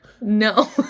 No